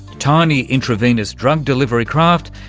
tiny intravenous drug delivery craft,